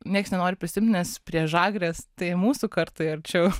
nieks nenori prisiimt nes prie žagrės tai mūsų kartai arčiau